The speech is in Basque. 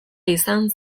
izan